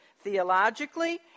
Theologically